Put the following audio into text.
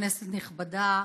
כנסת נכבדה,